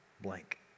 blank